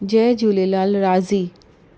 जय झूलेलाल राज़ी